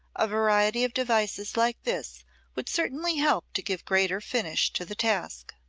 a variety of devices like this would certainly help to give greater finish to the task.